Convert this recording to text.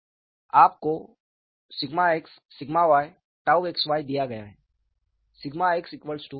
आपको x y xy दिया गया है